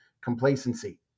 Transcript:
complacency